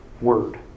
word